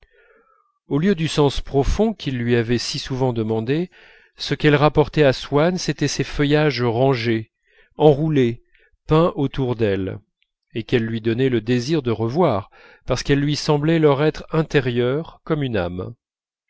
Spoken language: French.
au lieu du sens profond qu'il lui avait si souvent demandé ce qu'elle rapportait à swann c'était des feuillages rangés enroulés peints autour d'elle et qu'elle lui donnait le désir de revoir parce qu'elle lui semblait leur être intérieure comme une âme